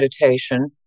meditation